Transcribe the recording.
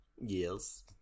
yes